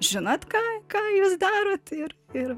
žinot ką ką jūs darot ir ir